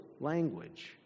language